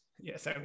Yes